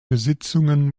besitzungen